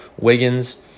Wiggins